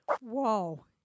Whoa